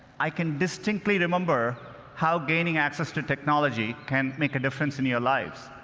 i can distinctly remember how gaining access to technology can make a difference in your life.